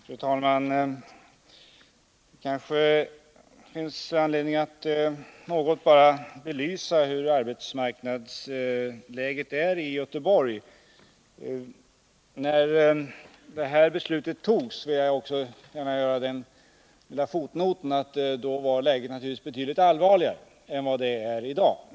Fru talman! Det finns kanske anledning att något belysa hur arbetsmarknadsläget är i Göteborg. Jag vill också gärna tillägga den lilla fotnoten att när detta beslut fattades var läget naturligtvis betydligt allvarligare än vad det är i dag.